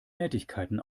nettigkeiten